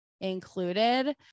included